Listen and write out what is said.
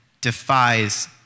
defies